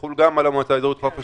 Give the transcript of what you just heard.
תחול גם על המועצה האזורית חוף אשקלון.